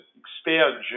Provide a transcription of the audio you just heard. expand